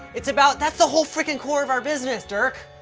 it's about. that's the whole frickin' core of our business, dirk.